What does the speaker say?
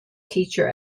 teacher